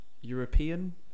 European